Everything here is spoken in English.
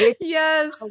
Yes